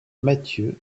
matthieu